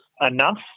Enough